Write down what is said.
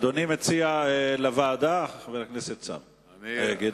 אדוני מציע לוועדה, חבר הכנסת עזרא?